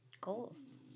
goals